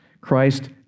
Christ